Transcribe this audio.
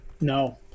No